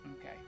Okay